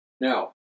Now